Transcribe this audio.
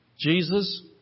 Jesus